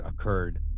occurred